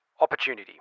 Opportunity